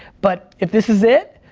but if this is it,